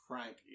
Frank